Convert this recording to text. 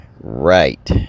right